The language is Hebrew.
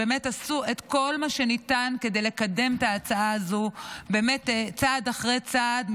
שעשו את כל מה שניתן כדי לקדם את ההצעה הזו צעד אחרי צעד,